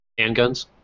handguns